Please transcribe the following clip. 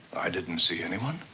i didn't see anyone.